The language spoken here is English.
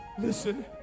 Listen